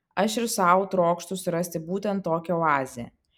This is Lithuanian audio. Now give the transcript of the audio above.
aš ir sau trokštu surasti būtent tokią oazę